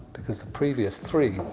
because the previous three,